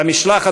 במשלחת,